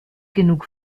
genug